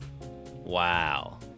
Wow